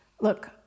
look